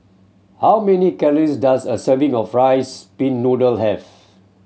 how many calories does a serving of rice pin noodle have